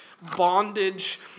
bondage